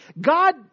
God